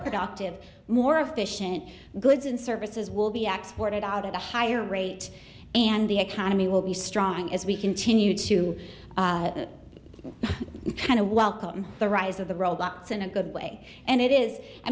productive more efficient goods and services will be exploited out at a higher rate and the economy will be strong as we continue to kind of welcome the rise of the robots in a good way and it is i